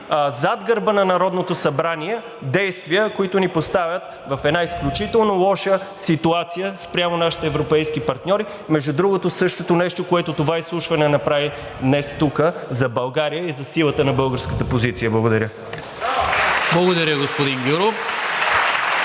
зад гърба на Народното събрание действия, които ни поставят в една изключително лоша ситуация спрямо нашите европейски партньори. Между другото същото нещо, което това изслушване направи днес, тук за България и за силата на българската позиция. Благодаря. (Ръкопляскания от